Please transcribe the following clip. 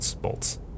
bolts